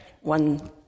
one